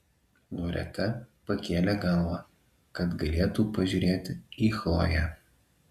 loreta pakėlė galvą kad galėtų pažiūrėti į chloję